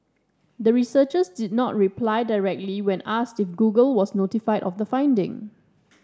the researchers did not reply directly when asked if Google was notified of the finding